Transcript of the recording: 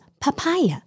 papaya